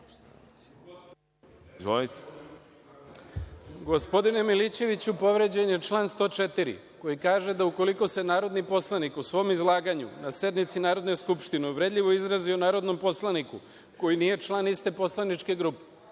Gospodine Milićeviću, povređen je član 104. koji kaže da ukoliko se narodni poslanik u svom izlaganju na sednici Narodne skupštine uvredljivo izjasni o Narodnom poslaniku koji nije član iste poslaničke grupe…